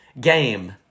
game